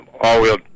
all-wheel